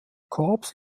korps